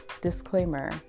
disclaimer